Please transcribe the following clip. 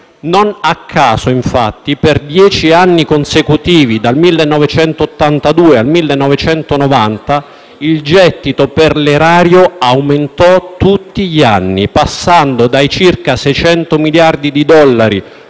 Non a caso, infatti, per quasi dieci anni consecutivi, dal 1982 al 1990, il gettito per l'erario aumentò tutti gli anni, passando dai circa 600 miliardi di dollari